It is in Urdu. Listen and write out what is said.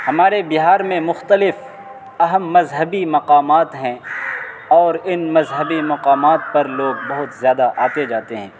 ہمارے بہار میں مختلف اہم مذہبی مقامات ہیں اور ان مذہبی مقامات پر لوگ بہت زیادہ آتے جاتے ہیں